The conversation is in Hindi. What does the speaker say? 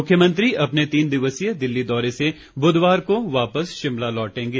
मुख्यमंत्री अपने तीन दिवसीय दिल्ली दौरे से बुधवार को वापस शिमला लौटेंगे